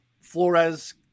Flores